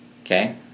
Okay